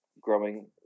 growing